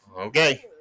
Okay